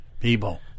people